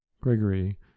Gregory